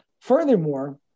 Furthermore